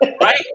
right